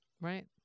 right